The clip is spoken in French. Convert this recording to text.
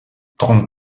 trente